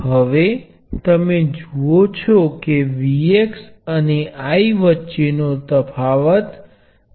તેથી તમે જુઓ છો કે આ તે જ સંબંધ છે જે એક રેઝિસ્ટર માં અસ્તિત્વમાં છે